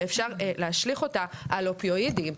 ואפשר להשליך אותה על אופיואידים,